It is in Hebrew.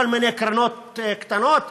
וכל מיני קרנות קטנות,